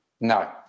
no